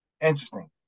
interesting